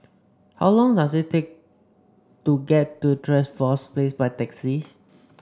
how long does it take to get to Trevose Place by taxi